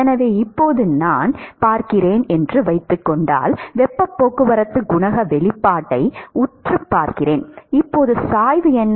எனவே இப்போது நான் பார்க்கிறேன் என்று வைத்துக் கொண்டால் வெப்பப் போக்குவரத்து குணக வெளிப்பாட்டை நான் உற்றுப் பார்க்கிறேன் இப்போது சாய்வு என்ன